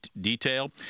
detail